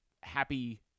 happy